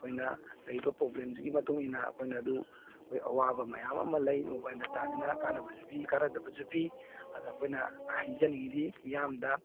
ꯑꯩꯈꯣꯏꯅ ꯂꯩꯔꯤꯕ ꯄ꯭ꯔꯣꯕ꯭ꯂꯦꯝꯁꯤꯒꯤ ꯃꯇꯨꯡ ꯏꯟꯅ ꯑꯩꯈꯣꯏꯅ ꯑꯗꯨ ꯍꯣꯏ ꯑꯋꯥꯕ ꯃꯌꯥꯝ ꯑꯃ ꯂꯩ ꯑꯗꯨ ꯃꯣꯕꯥꯏꯜ ꯗꯥꯇꯥꯁꯤꯅ ꯀꯥꯟꯅꯕꯁꯨ ꯄꯤ ꯀꯥꯟꯅꯗꯕꯁꯨ ꯄꯤ ꯑꯅ ꯑꯩꯈꯣꯏꯅ ꯍꯥꯏꯖꯅꯤꯡꯏꯗꯤ ꯃꯤꯌꯥꯝꯗ